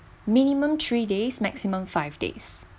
minimum three days maximum five days